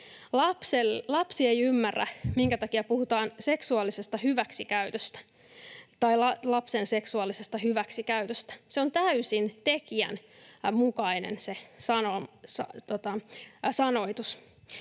Lapsi ei ymmärrä, minkä takia puhutaan seksuaalisesta hyväksikäytöstä tai lapsen seksuaalisesta hyväksikäytöstä. Se sanoitus on täysin tekijän mukainen.